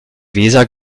weser